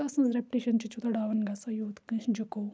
تَتھ سٕنٛز رٮ۪پٹیشَن چھِ تیوٗتاہ ڈاوُن گژھان یوٗت کٲنٛسہِ جُکو